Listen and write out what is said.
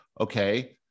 Okay